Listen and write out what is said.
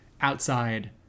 outside